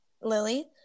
Lily